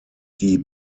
die